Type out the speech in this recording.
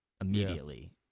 immediately